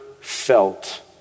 felt